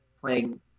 playing